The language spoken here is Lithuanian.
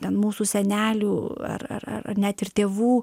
ten mūsų senelių ar ar ar net ir tėvų